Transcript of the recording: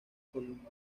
con